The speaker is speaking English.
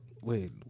wait